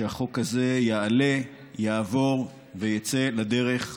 שהחוק הזה יעלה, יעבור ויצא לדרך ומהר?